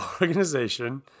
organization